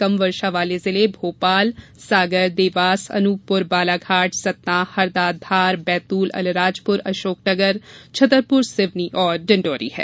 कम वर्षा वाले जिले भोपाल सागर देवास अनूपपुर बालाघाट सतना हरदा धार बैतूल अलीराजपुर अशोकनगर छतरपुर सिवनी और डिण्डोरी हैं